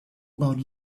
about